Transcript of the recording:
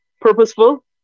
Purposeful